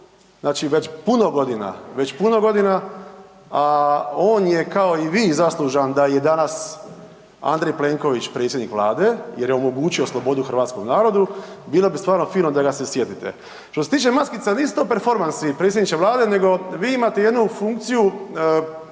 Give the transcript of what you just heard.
čami u zatvoru već puno godina, a on je kao i vi zaslužan da je danas Andrej Plenković predsjednik Vlade jer je omogućio slobodu hrvatskom narodu, bilo bi stvarno fino da ga se sjetite. Što se tiče maskica, nisu to performansi predsjedniče Vlade nego vi imate jednu funkciju